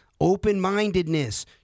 Open-mindedness